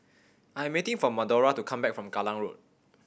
I am waiting for Madora to come back from Kallang Road